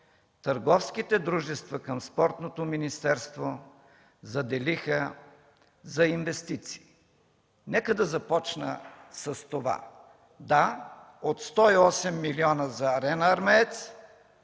търговските дружества към Спортното министерство заделиха за инвестиции. Нека да започна с това – да, от 108 милиона за „Арена Армеец”,